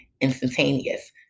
instantaneous